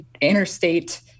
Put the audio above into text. interstate